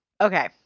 Okay